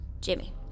Jimmy